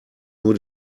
nur